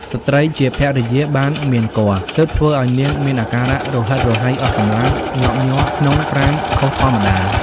ស្ត្រីជាភរិយាបានមានគភ៌ ទើបធ្វើអោយនាងមានអាការៈរហិតរហៃអស់កម្លាំង ញាប់ញ័រ ក្នុងប្រាណខុសធម្មតា ។